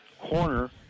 corner